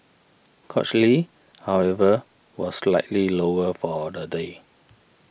cochlear however was slightly lower for the day